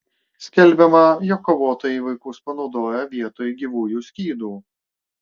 skelbiama jog kovotojai vaikus panaudoja vietoj gyvųjų skydų